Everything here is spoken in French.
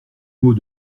mot